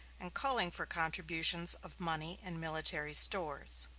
and calling for contributions of money and military stores.